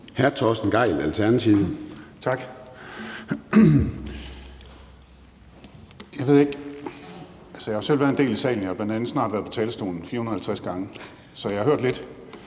13:14 Torsten Gejl (ALT): Tak. Altså, jeg har jo selv været en del i salen, jeg har bl.a. snart været på talerstolen 450 gange, så jeg har hørt lidt.